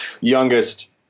youngest